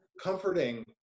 comforting